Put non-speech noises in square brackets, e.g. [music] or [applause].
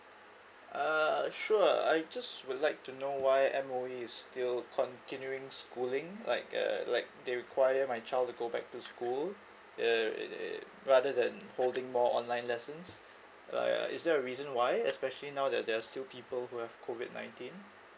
uh sure I just would like to know why M_O_E is still continuing schooling like uh like they require my child to go back to school [noise] rather than holding more online lessons ah ya is there a reason why especially now that there's people who have COVID nineteen